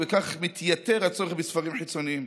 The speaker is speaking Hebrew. ובכך מתייתר הצורך בספרים חיצוניים.